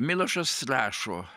milošas rašo